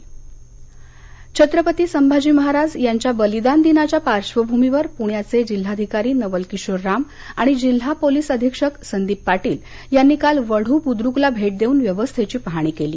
वढू छत्रपती संभाजी महाराज यांच्या बलिदान दिनाच्या पार्श्वभूमीवर पूण्याचे जिल्हाधिकारी नवल किशोर राम आणि जिल्हा पोलीस अधीक्षक संदिप पाटील यांनी काल वद्द बुद्रुकला भेट देऊन व्यवस्थेची पहाणी केली